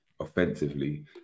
offensively